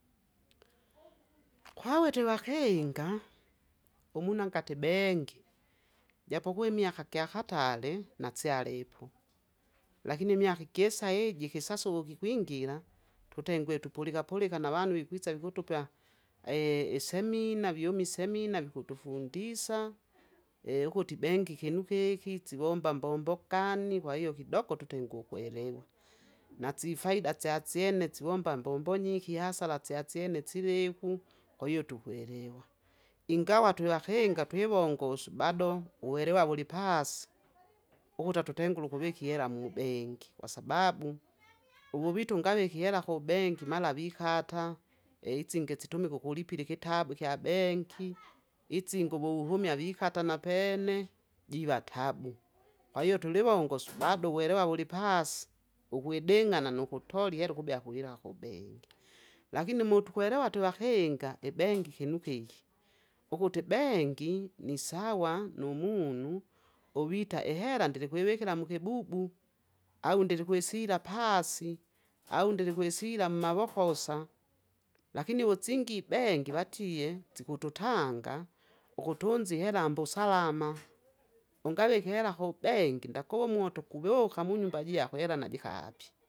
kwawe tevahenga, umunangatibengi, japokuwi myaha gya hatali, natsyalepo, lakini myaha gyesayiji kisasuwukihwingila, tutengwe tupulika- pulika na vanu vihwitsa vihutupa, isemina- vihumi semina vihutufundisa, hukuti benki kinu hihi, tsiwomba mbombogani Kwahiyo hidogo tutingu hwelewa, na tsi faida tsa tsyene tsiwomba mbombonyi ihasala tsa tsyene tsivehu, kwaiyo tuhwelewa, ingawa tulahenga twiwongosu bado uelewa wuli pasi uhuta titengulu kuviki ela mubenki, kwasababu uwuvitungaviki hela hu benki mala vihata, eitsingi tsitumiku kulipili kitabu hya benki, itsingi wewuhumya vikata na pene, jiva tabu. Kwaiyo tuliwongosu badu welewa wuli pasi, uwiding'ana nu hutoli hubya kuvila hu benki, lakini mutwelewa te vahenga, i benkgi hinu hihi, uhuti bengi ni sawa nu munu uvita ihela ndili hwivikila muhibubu, au ndili hwesila pasi, au ndili hwesila mmawoposa, lakini utsingi benki vatiye tsihutitanga, uhutunzi helambo salama, ungavihi hela hu benki nda kumoto kuhoka munyumba ja hela najikapi.